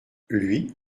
lui